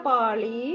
Pali